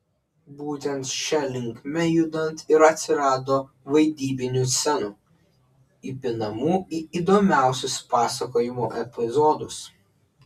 būtent šia linkme judant ir atsirado vaidybinių scenų įpinamų į įdomiausius pasakojimo epizodus